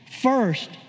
first